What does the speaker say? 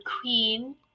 queen